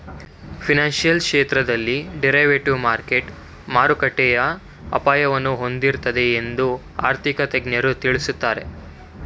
financial ಕ್ಷೇತ್ರದಲ್ಲಿ derivative market ಮಾರುಕಟ್ಟೆಯ ಅಪಾಯವನ್ನು ಹೊಂದಿದೆ ಎಂದು ಆರ್ಥಿಕ ತಜ್ಞರು ತಿಳಿಸುತ್ತಾರೆ